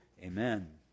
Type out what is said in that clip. amen